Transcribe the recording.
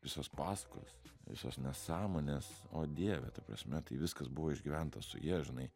visos pasakos visas nesąmonės o dieve ta prasme tai viskas buvo išgyventa su ja žinai